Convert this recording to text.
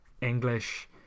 English